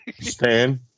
Stan